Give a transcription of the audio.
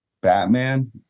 Batman